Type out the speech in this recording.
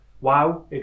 wow